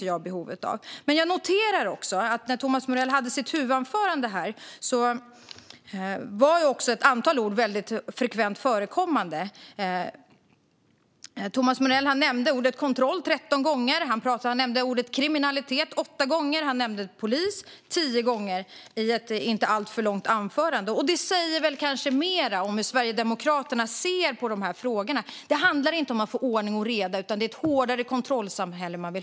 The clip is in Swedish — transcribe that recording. Jag noterade också att när Thomas Morell hade sitt huvudanförande användes ett antal ord väldigt frekvent. Thomas Morell nämnde ordet "kontroll" tretton gånger, ordet "kriminalitet" åtta gånger och ordet "polis" tio gånger i ett inte alltför långt anförande. Det säger kanske mer om hur Sverigedemokraterna ser på dessa frågor. Det handlar inte om att få ordning och reda, utan man vill ha ett hårdare kontrollsamhälle.